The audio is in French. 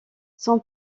son